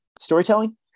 storytelling